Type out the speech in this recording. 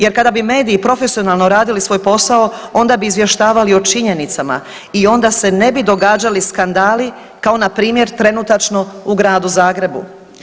Jer kada bi mediji profesionalno radili svoj posao onda bi izvještavali o činjenicama i onda se ne bi događali skandali kao npr. trenutačno u Gradu Zagrebu.